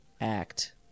act